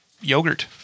yogurt